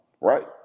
right